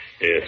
Yes